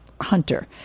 hunter